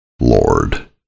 Lord